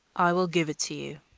i will give it to you,